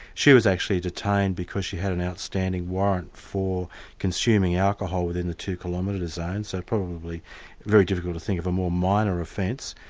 she was actually detained because she had an outstanding warrant for consuming alcohol within the two kilometre zone, so probably very difficult to think of a more minor offence.